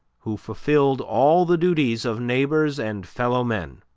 who fulfilled all the duties of neighbors and fellow men.